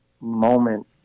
moment